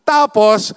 Tapos